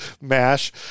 MASH